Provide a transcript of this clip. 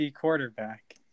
quarterback